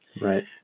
Right